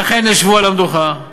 ואכן ישבו על המדוכה,